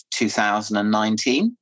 2019